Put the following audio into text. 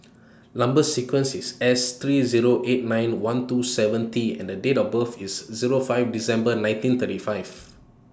Number sequence IS S three Zero eight nine one two seven T and Date of birth IS Zero five December nineteen thirty five